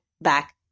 back